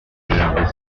lueur